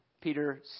Peter